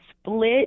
split